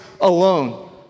alone